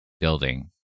building